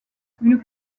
une